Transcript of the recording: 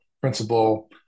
principal